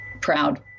proud